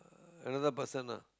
uh another person ah